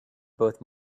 both